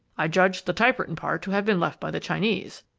i judged the type-written part to have been left by the chinese.